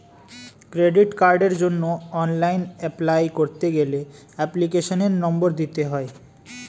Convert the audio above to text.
credit কার্ডের জন্য online apply করতে গেলে এপ্লিকেশনের নম্বর দিতে হয়